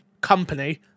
company